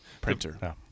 Printer